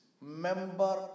member